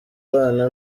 ubana